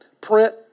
print